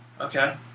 Okay